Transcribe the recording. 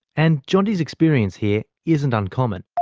and jeanti's experience here isn't uncommon.